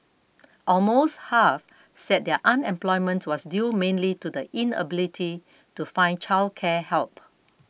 almost half said their unemployment was due mainly to the inability to find childcare help